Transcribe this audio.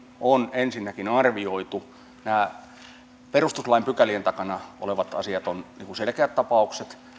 on ensinnäkin arvioitu nämä perustuslain pykälien takana olevat asiat selkeät tapaukset